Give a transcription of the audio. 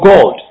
God